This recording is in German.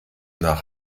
nach